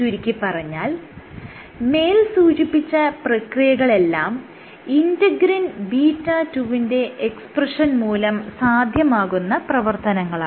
ചുരുക്കിപ്പറഞ്ഞാൽ മേൽ സൂചിപ്പിച്ച പ്രക്രിയകളെല്ലാം ഇന്റെഗ്രിൻ β2 വിന്റെ എക്സ്പ്രെഷൻ മൂലം സാധ്യമാകുന്ന പ്രവർത്തനങ്ങളാണ്